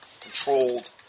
controlled